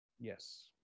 yes